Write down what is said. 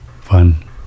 Fun